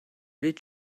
did